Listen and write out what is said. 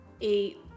eight